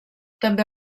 també